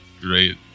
Great